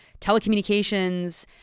telecommunications